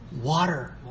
water